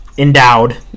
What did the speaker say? Endowed